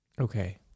Okay